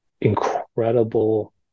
incredible